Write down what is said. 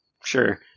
Sure